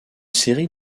série